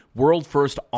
world-first